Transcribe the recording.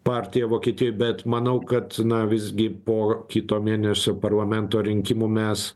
partija vokietijoj bet manau kad na visgi po kito mėnesio parlamento rinkimų mes